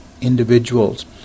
individuals